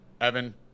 Evan